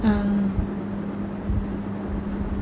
mm